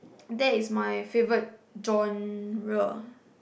that is my favourite genre